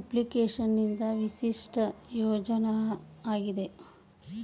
ಅಪ್ಲಿಕೇಶನ್ಗಿಂತ ವಿಶಿಷ್ಟ ಪ್ರಯೋಜ್ನ ಆಗಿದೆ